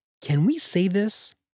can-we-say-this